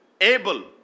able